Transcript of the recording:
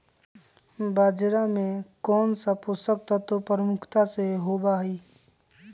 बाजरा में कौन सा पोषक तत्व प्रमुखता से होबा हई?